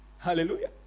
Hallelujah